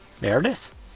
Meredith